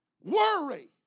worry